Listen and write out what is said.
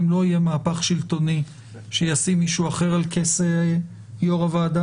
לא יהיה מהלך שלטוני שישים מישהו אחר על כס יו"ר הוועדה.